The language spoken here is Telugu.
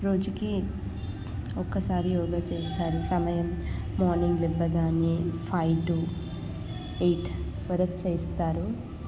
రోజుకి ఒక్కసారి యోగా చేస్తారు ఆ సమయం మార్నింగ్ లేవగానే ఫైవ్ టూ ఎయిట్ వరకు చేస్తారు